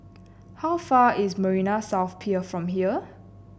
how far is Marina South Pier from here